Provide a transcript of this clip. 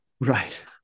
Right